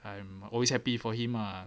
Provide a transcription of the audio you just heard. I'm always happy for him lah